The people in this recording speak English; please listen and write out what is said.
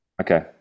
Okay